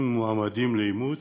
עם מועמדים לאימוץ,